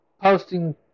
posting